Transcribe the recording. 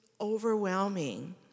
overwhelming